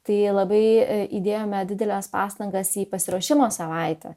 tai labai įdėjome dideles pastangas į pasiruošimo savaitę